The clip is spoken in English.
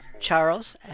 Charles